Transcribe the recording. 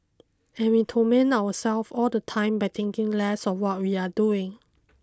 and we torment ourselves all the time by thinking less of what we are doing